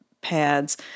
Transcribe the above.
Pads